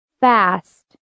Fast